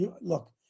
look